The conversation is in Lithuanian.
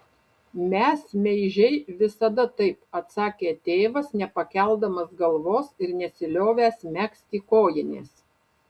mes meižiai visada taip atsakė tėvas nepakeldamas galvos ir nesiliovęs megzti kojinės